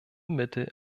mittel